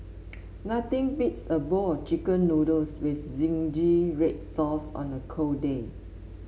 nothing beats a bowl of chicken noodles with zingy red sauce on a cold day